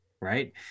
right